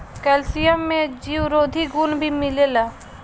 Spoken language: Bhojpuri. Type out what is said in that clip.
कैल्सियम में जीवरोधी गुण भी मिलेला